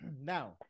Now